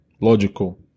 Logical